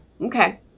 Okay